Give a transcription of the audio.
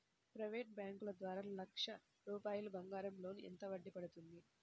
Private bank ద్వారా లక్ష రూపాయలు బంగారం లోన్ ఎంత వడ్డీ పడుతుంది?